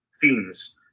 themes